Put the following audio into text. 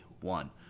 one